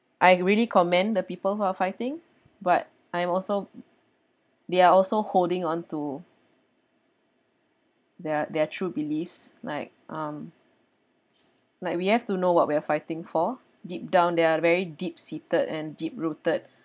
I really commend the people who are fighting but I'm also they are also holding on to their their true beliefs like um like we have to know what we are fighting for deep down they are very deep seated and deep rooted